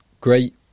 great